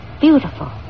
Beautiful